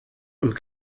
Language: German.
und